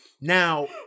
Now